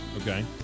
Okay